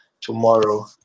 tomorrow